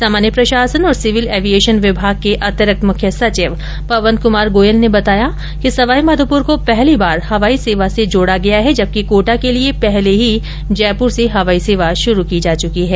सामान्य प्रशासन और सिविल एविएशन विभाग के अतिरिक्त मुख्य सचिव पवन कुमार गोयल ने बताया कि सवाईमाधोपुर को पहली बार हवाई सेवा से जोड़ा गया है जबकि कोटा के लिए पहले ही जयपुर से हवाई सेवा शुरू की जा चुकी है